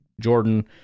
Jordan